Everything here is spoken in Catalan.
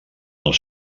els